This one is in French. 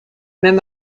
même